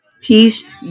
peace